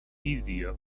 easier